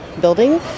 building